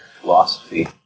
philosophy